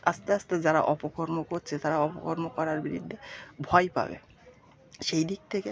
আস্তে আস্তে যারা অপকর্ম করছে তারা অপকর্ম করার বিরুদ্ধে ভয় পাবে সেই দিক থেকে